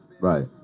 Right